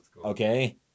Okay